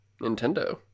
nintendo